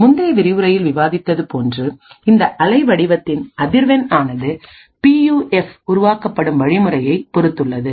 முந்தைய விரிவுரையில் விவாதித்து போன்று இந்த அலை வடிவத்தின் அதிர்வெண் ஆனது பியூஎஃப் உருவாக்கப்படும் வழிமுறையை பொறுத்துள்ளது